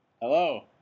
Hello